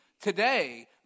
today